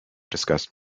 discussed